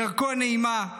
בדרכו הנעימה,